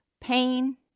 pain